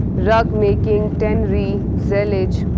rug making, tannery, zellige,